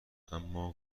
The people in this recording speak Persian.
اما